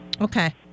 Okay